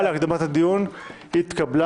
ההצעה להקדמת הדיון התקבלה.